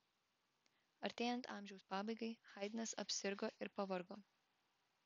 artėjant amžiaus pabaigai haidnas apsirgo ir pavargo